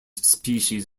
species